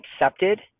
accepted